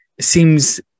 seems